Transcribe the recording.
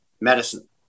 medicine